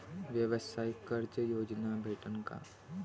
व्यवसाय कर्ज योजना भेटेन का?